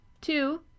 Two